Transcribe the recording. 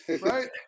right